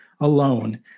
alone